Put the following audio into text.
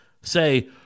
say